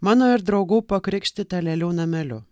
mano ir draugų pakrikštytą lėlių nameliu